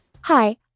Hi